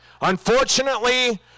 unfortunately